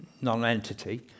non-entity